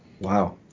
Wow